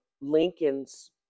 Lincoln's